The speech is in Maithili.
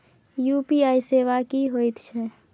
यु.पी.आई सेवा की होयत छै?